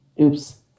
Oops